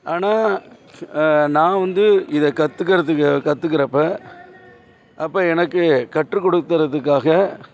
ஆனால் நான் வந்து இதை கத்துக்கிறதுக்கு கத்துக்கிறப்ப அப்போ எனக்குக் கற்றுக் கொடுத்துறதுக்காக